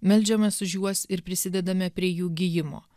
meldžiamės už juos ir prisidedame prie jų gijimo